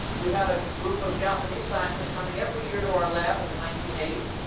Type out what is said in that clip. we had a group of japanese scientists coming every year to our lab in the nineteen eighty s.